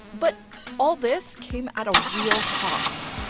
but all this came at a real cost.